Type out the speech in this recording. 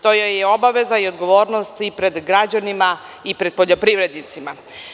To joj je i obaveza i odgovornost i pred građanima i pred poljoprivrednicima.